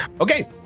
Okay